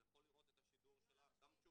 הוא יכול לראות את השידור שלה גם כשהוא